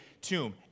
tomb